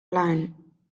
line